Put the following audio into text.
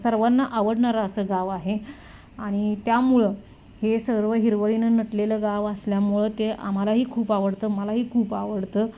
सर्वांना आवडणारं असं गाव आहे आणि त्यामुळं हे सर्व हिरवळीनं नटलेलं गाव असल्यामुळं ते आम्हालाही खूप आवडतं मलाही खूप आवडतं